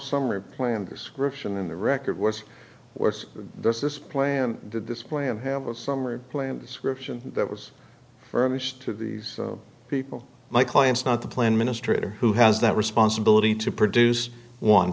summer plan description in the record was worse does this play on the display and have a summer plan description that was furnished to these people my client's not the plan minister who has that responsibility to produce one